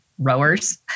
rowers